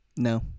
No